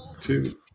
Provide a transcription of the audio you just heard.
Two